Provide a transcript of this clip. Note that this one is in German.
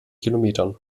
kilometern